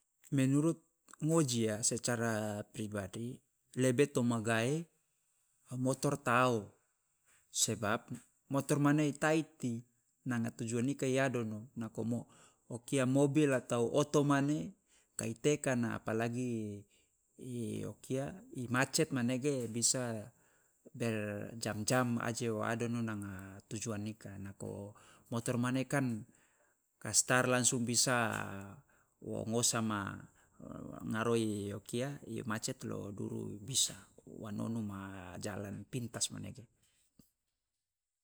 Menurut ngoji ya secara pribadi lebe to magae motor ta ao, sebab motor mane i taiti nanga tujuan ika i adono, nako mo- o kia mobil atau oto mane ka i tekana apalagi o kia i macet manege bisa berjam jam aje o adono nanga tujuan ika, nako motor mane kan ka star langsung bisa wo ngosa ma ngaro o kia macet lo duru bisa wa nonu ma jalan pintas manege.